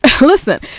listen